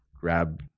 grab